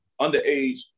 underage